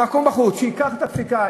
שייקח את הפסיקה,